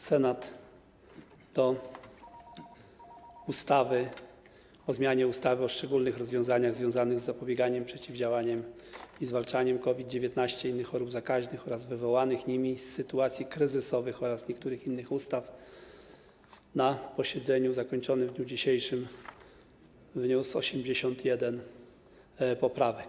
Senat do ustawy o zmianie ustawy o szczególnych rozwiązaniach związanych z zapobieganiem, przeciwdziałaniem i zwalczaniem COVID-19, innych chorób zakaźnych oraz wywołanych nimi sytuacji kryzysowych oraz niektórych innych ustaw na posiedzeniu zakończonym w dniu dzisiejszym wniósł 81 poprawek.